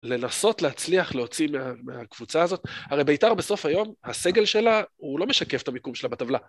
לנסות להצליח להוציא מהקבוצה הזאת הרי ביתר בסוף היום הסגל שלה הוא לא משקף את המיקום שלה בטבלה